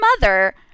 mother